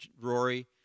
Rory